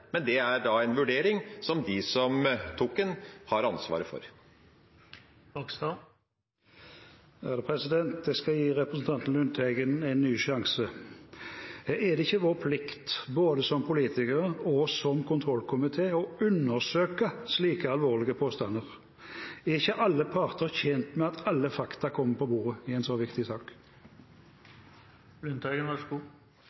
men det er da en vurdering som de som tok den, har ansvaret for. Jeg skal gi representanten Lundteigen en ny sjanse. Er det ikke vår plikt både som politikere og som kontrollkomité å undersøke slike alvorlige påstander? Er ikke alle parter tjent med at alle fakta kommer på bordet i en så viktig